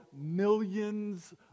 millions